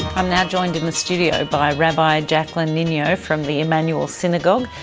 i'm now joined in the studio by rabbi jacqueline ninio from the emmanuel synagogue.